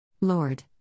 Lord